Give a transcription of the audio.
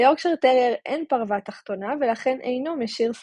ליורקשייר טרייר אין פרווה תחתונה ולכן אינו משיר שיער.